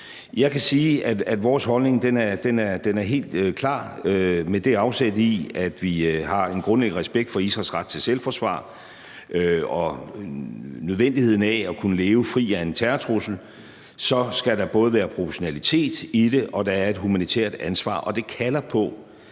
Jeg kan sige, at vores holdning er helt klar. Med afsæt i det, at vi har en grundlæggende respekt for Israels ret til selvforsvar og nødvendigheden af at kunne leve fri for en terrortrussel, skal der være proportionalitet i det, og der er også et humanitært ansvar, og det kalder på,